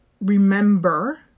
remember